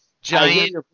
giant